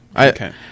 Okay